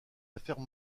affaires